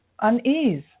unease